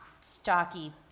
stocky